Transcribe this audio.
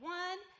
one